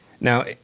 Now